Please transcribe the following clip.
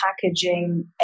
packaging